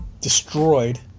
destroyed